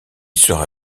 sera